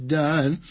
done